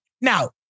now